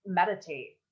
meditate